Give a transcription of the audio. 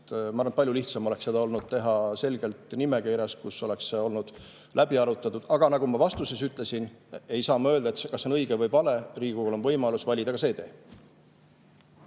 Ma arvan, et palju lihtsam oleks olnud teha seda selgelt nimekirjas, kus see oleks olnud läbi arutatud. Aga nagu ma ka vastuses ütlesin, ma ei saa öelda, kas see on õige või vale. Riigikogul on võimalus valida ka see tee.